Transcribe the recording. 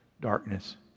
Darkness